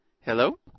Hello